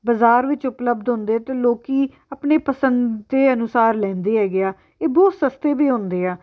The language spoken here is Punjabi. ਬਾਜ਼ਾਰ ਵਿੱਚ ਉਪਲੱਬਧ ਹੁੰਦੇ ਅਤੇ ਲੋਕ ਆਪਣੇ ਪਸੰਦ ਦੇ ਅਨੁਸਾਰ ਲੈਂਦੇ ਹੈਗੇ ਆ ਇਹ ਬਹੁਤ ਸਸਤੇ ਵੀ ਆਉਂਦੇ ਆ